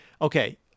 okay